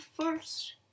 first